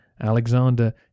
Alexander